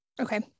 Okay